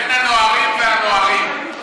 בין הנוהרים והנוהרים.